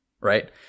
Right